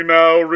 now